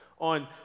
on